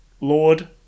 Lord